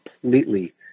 completely